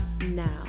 now